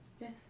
Yes